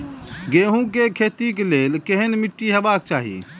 गेहूं के खेतीक लेल केहन मीट्टी हेबाक चाही?